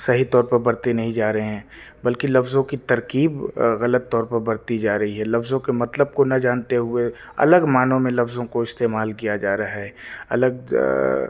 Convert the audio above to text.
صحیح طور پر برتے نہیں جا رہے ہیں بلکہ لفظوں کی ترکیب غلط طور پر برتی جا رہی ہے لفظوں کے مطلب کو نہ جانتے ہوئے الگ معنوں میں لفظوں کو استعمال کیا جا رہا ہے الگ